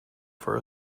for